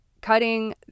cutting